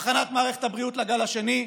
הכנת מערכת הבריאות לגל השני,